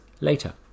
later